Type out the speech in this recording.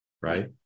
right